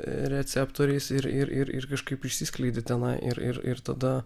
receptoriais ir ir kažkaip išsiskleidi tenai ir ir ir tada